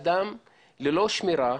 אדם ללא שמירה,